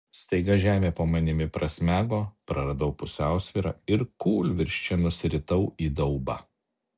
staiga žemė po manimi prasmego praradau pusiausvyrą ir kūlvirsčia nusiritau į daubą